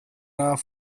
off